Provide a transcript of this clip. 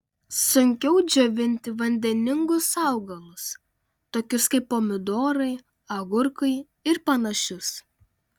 sunkiau džiovinti vandeningus augalus tokius kaip pomidorai agurkai ir panašius